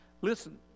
listen